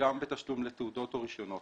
וגם בתשלום לתעודות או רישיונות.